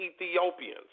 Ethiopians